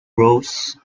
rose